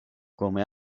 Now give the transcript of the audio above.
come